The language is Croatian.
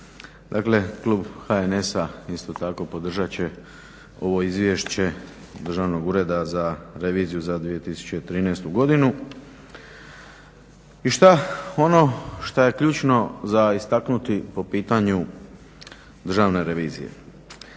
Dakle klub HNS-a isto tako podržat će ovo Izvješće Državnog ureda za reviziju za 2013.godinu. I šta ono što je ključno za istaknuti po pitanju Državne revizije